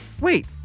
Wait